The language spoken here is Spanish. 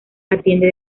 atiende